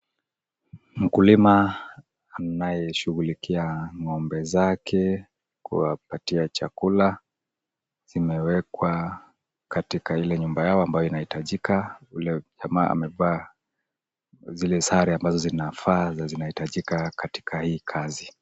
Mkulima anayeshughulikia ng'ombe zake kuwapatia chakula, zimewekwa katika ile nyumba yao ambayo inahitajika, yule jamaa amevaa zile sare ambazo zinafaa na zinahitajika katika hii kazi.